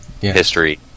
history